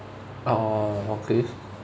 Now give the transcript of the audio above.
ah okay